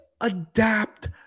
adapt